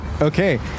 Okay